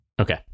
okay